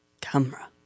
Camera